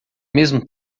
mesmo